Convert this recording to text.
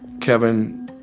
Kevin